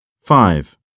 Five